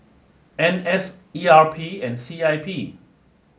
N S E R P and C I P